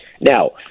Now